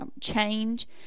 change